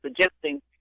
suggesting